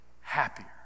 happier